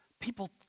People